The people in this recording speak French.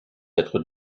être